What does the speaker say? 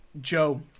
Joe